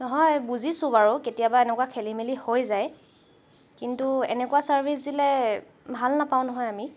নহয় বুজিছোঁ বাৰু কেতিয়াবা এনেকুৱা খেলিমেলি হৈ যায় কিন্তু এনেকুৱা ছাৰ্ভিচ দিলে ভাল নাপাওঁ নহয় আমি